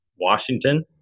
Washington